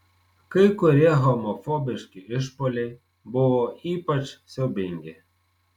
kai kurie homofobiški išpuoliai buvo ypač siaubingi